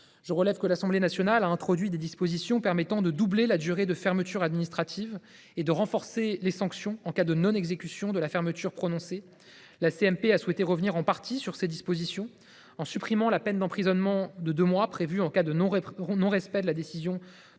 Je relève que l’Assemblée nationale avait introduit des dispositions permettant de doubler la durée de fermeture administrative et de renforcer les sanctions en cas de non exécution de la fermeture prononcée. La commission mixte paritaire a souhaité revenir en partie sur ces dispositions, en supprimant la peine d’emprisonnement de deux mois prévue en cas de non respect de la décision de